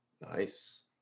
Nice